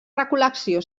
recol·lecció